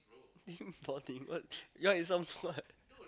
team bonding what ya is some what